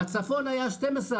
בצפון היה 12 ,